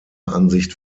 ansicht